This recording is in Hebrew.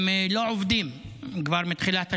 הם לא עובדים כבר מתחילת השנה.